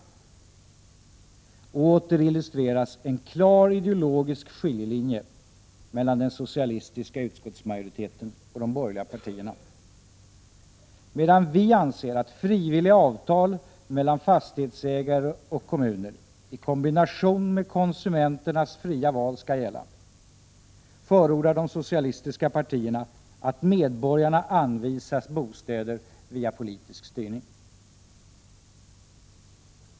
Åter illustreras en klar ideologisk skiljelinje mellan den socialistiska utskottsmajoriteten och de borgerliga partierna. Medan vi anser att frivilliga avtal mellan fastighetsägare och kommuner i kombination med konsumenternas fria val skall gälla, förordar de socialistiska partierna att medborgarna anvisas bostäder via politisk styrning.